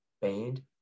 banned